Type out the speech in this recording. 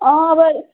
अब